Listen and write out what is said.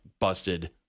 busted